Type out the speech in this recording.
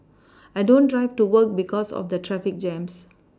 I don't drive to work because of the traffic jams